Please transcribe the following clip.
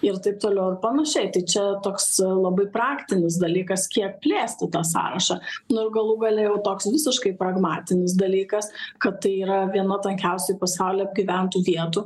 ir taip toliau ir panašiai tai čia toks labai praktinis dalykas kiek plėsti tą sąrašą nu ir galų gale jau toks visiškai pragmatinis dalykas kad tai yra viena tankiausiai pasaulyje apgyventų vietų